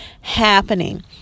happening